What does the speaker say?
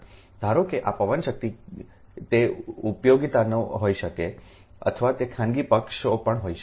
ધારો કે આ પવન શક્તિ તે ઉપયોગીતાઓ હોઈ શકે અથવા તે ખાનગી પક્ષો પણ હોઈ શકે